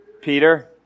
Peter